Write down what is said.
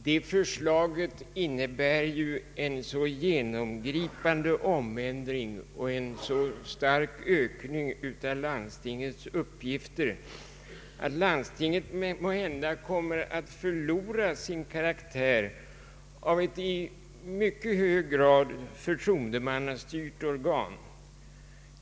Detta förslag innebär ju en så genomgripande omändring och en så stark ökning av landstingets uppgifter att landstinget måhända kommer att förlora sin karaktär av ett i mycket hög grad förtroendemannastyrt organ.